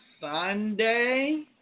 Sunday